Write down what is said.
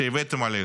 שהבאתם עלינו?